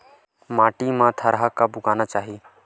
माटी मा थरहा कब उगाना चाहिए?